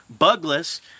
Bugless